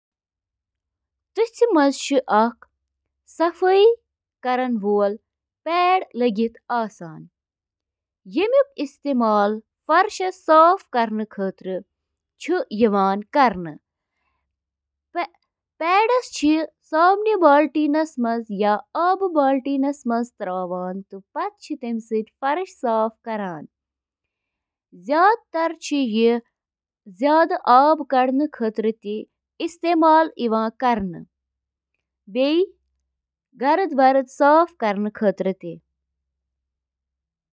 Washing machine چھِ washer کہِ ناوٕ سۭتۍ تہِ زاننہٕ یِوان سۄ مِشیٖن یۄس گنٛدٕ پَلو چھِ واتناوان۔ اَتھ منٛز چھِ اکھ بیرل یَتھ منٛز پلو چھِ تھاونہٕ یِوان۔